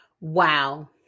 Wow